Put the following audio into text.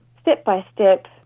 step-by-step